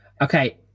okay